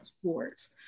sports